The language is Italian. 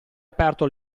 aperto